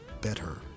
better